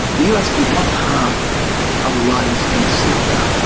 the us did not have allies in syria.